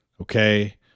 okay